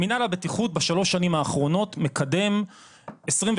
מנהל הבטיחות בשלוש שנים האחרונות מקדם 22